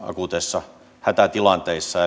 akuuteissa hätätilanteissa